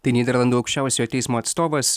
tai nyderlandų aukščiausiojo teismo atstovas